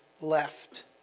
left